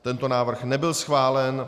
Tento návrh nebyl schválen.